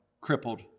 crippled